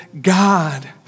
God